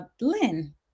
Lynn